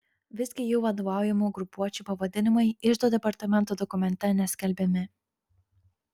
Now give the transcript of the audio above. visgi jų vadovaujamų grupuočių pavadinimai iždo departamento dokumente neskelbiami